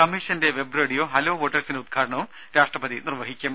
കമ്മീഷന്റെ web radio hello വോട്ടേഴ്സിന്റെ ഉദ്ഘാടനവും രാഷ്ട്രപതി നിർവഹിക്കും